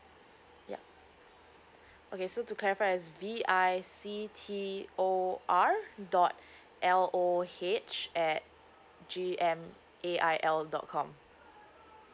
yup okay so to clarify is V_I_C_T_O_R dot L_O_H at G_M_A_I_L dot com